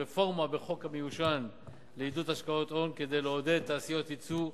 רפורמה בחוק המיושן לעידוד השקעות הון כדי לעודד תעשיות יצוא,